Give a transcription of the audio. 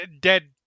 dead